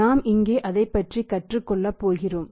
நாம் இங்கே அதைப்பற்றி கற்றுக்கொள்ளப் போகிறோம்